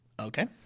Okay